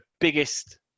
biggest